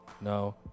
no